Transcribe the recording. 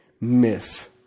miss